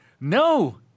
no